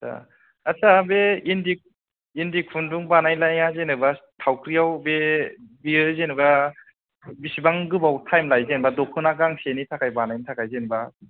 आटसा आटसा बे इन्दि इन्दि खुन्दुं बानायनाया जेनोबा थावख्रियाव बे बेयो जेनोबा बेसेबां गोबाव टाइम लायो जेनोबा दख'ना गांसेनि थाखाय बानायनो थाखाय जेनोबा